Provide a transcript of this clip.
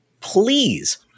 Please